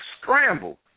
scramble